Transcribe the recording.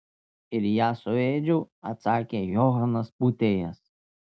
ir ją suėdžiau atsakė johanas pūtėjas